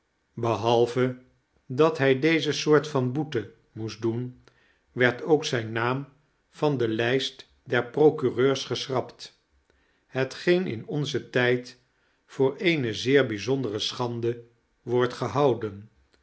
behalve dat hij deze soort van boete moest doen werd ook zijn naam van de lijst der procureurs geschrapt hetgeen in onzen tijd voor eene zeer bijzondere schande wordt gehouden